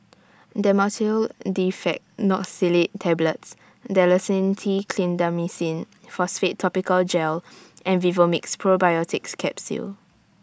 Dhamotil Diphenoxylate Tablets Dalacin T Clindamycin Phosphate Topical Gel and Vivomixx Probiotics Capsule